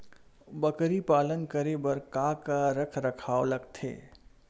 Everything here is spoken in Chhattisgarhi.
बकरी पालन करे बर काका रख रखाव लगथे?